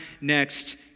next